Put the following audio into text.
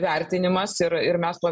vertinimas ir ir mes tuo